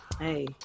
Hey